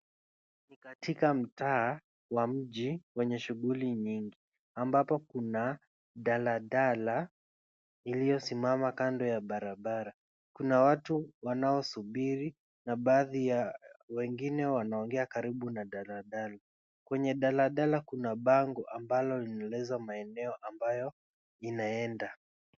Katika mtaa wa mji wenye shughuli nyingi. Ambapo kuna daladala iliyosimama kando ya barabara. Kuna watu wanaosubiri na baadhi ya wengine wanaongea karibu na daladala. Kwenye daladala kuna bango ambalo linaeleza maeneo ambayo inaenda.